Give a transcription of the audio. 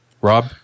Rob